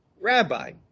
Rabbi